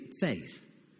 faith